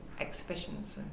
exhibitions